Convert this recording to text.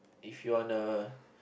if you wanna